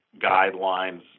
guidelines